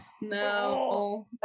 no